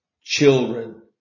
children